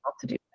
to-do